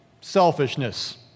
selfishness